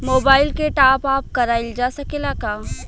Mobile के टाप आप कराइल जा सकेला का?